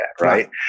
right